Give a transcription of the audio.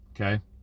Okay